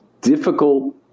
difficult